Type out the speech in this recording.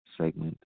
segment